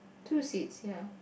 two seats ya